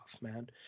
man